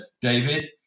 David